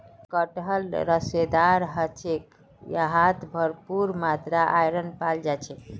कटहल रेशेदार ह छेक यहात भरपूर मात्रात आयरन पाल जा छेक